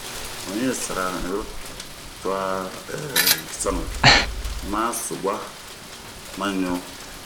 n'yi sira n'yura, to a sanu, subwa, ma ŋu